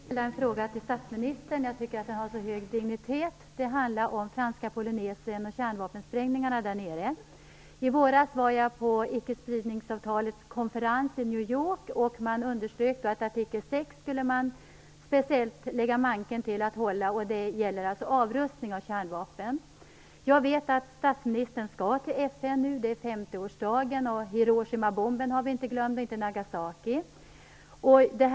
Fru talman! Jag vill ställa en fråga till statsministern, eftersom jag tycker att den har en så hög dignitet. Det handlar om franska Polynesien och kärnvapensprängningarna där. I våras var jag på icke-spridningsavtalets konferens i New York. Det underströks där att artikel 6 skulle man speciellt lägga manken till för att hålla. Det gäller avrustning av kärnvapen. Jag vet att statsministern nu skall till FN. Det är 50-årsdagen. Hiroshimabomben har vi inte glömt, och inte heller bombningen av Nagasaki.